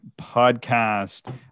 Podcast